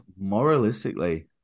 Moralistically